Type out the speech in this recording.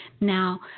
Now